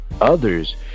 others